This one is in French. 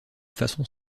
façon